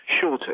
shorter